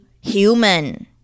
human